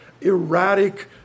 erratic